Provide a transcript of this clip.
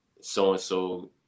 so-and-so